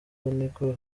niko